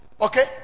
Okay